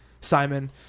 Simon